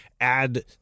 add